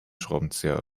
schraubenzieher